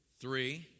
three